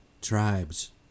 tribes